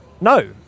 no